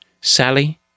Sally